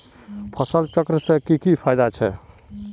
फसल चक्र से की की फायदा छे?